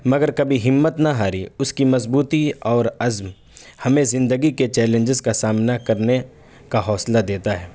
مگر کبھی ہمت نہ ہاری اس کی مضبوطی اور عزم ہمیں زندگی کے چیلینجز کا سامنا کرنے کا حوصلہ دیتا ہے